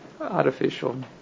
artificial